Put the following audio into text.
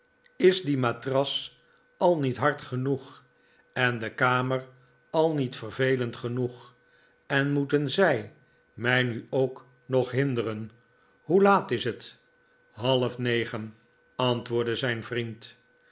is die matras al niet hard genoeg en de kamer al niet vervelend genoeg en moeten z ij mij nu ook nog hinderen hoe laat is het half negen antwoordde zijn vriend